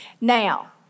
Now